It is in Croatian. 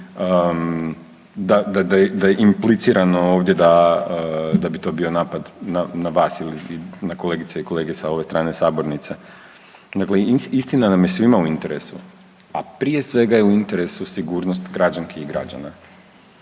da je implicirano ovdje da bi to bio napad na vas ili na kolegice i kolege sa ove strane sabornice. Dakle, istina nam je svima u interesu a prije svega je u interesu sigurnost građanki i građana